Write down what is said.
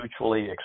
mutually